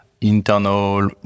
internal